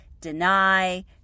deny